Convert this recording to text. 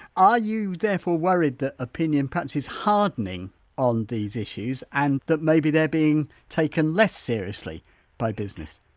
ah you therefore worried that opinion perhaps is hardening on these issues and that maybe they're being taken less seriously by business?